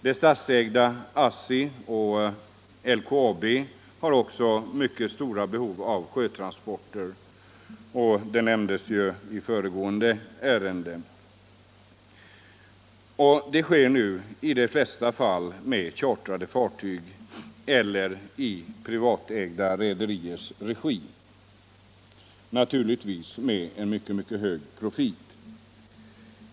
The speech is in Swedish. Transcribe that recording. Det statsägda ASSI och LKAB har också, som nämndes i den föregående debatten, mycket stort behov av sjötransporter. Dessa går nu i de flesta fall med chartrade fartyg eller i privatägda rederiers regi — naturligtvis med en mycket hög profit.